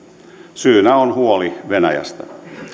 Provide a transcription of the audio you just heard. syynä on huoli venäjästä tällä